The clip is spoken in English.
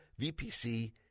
VPC